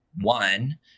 one